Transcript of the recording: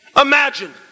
Imagine